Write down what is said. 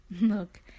Look